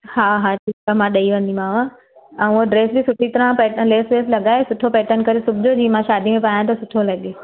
हा हा ठीकु आहे मां ॾेई वेंदीमांव ऐं उहा ड्रैस बि सुठी तरह प पैटन लेस बेस लॻाए सुठो पैटन करे सिबजो जीअं मां शादीअ में पाया त सुठो लॻे